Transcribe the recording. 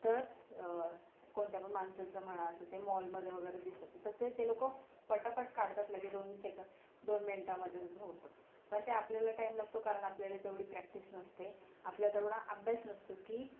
तर कोणत्या पण माणसाचं म्हणा असं ते मॉलमध्ये वगैरे दिसतं तसंही ते लोकं पटापट काढतात लगेच दोन सेकं दोन मिंटामध्ये त्यांचं होतं पण ते आपल्याला टाईम लागतो कारण आपल्यालाही तेवढी प्रॅक्टिस नसते आपल्यात एवढा अभ्यास नसतो की